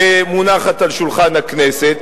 שמונחת על שולחן הכנסת,